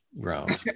ground